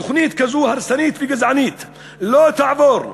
תוכנית כזאת הרסנית וגזענית לא תעבור,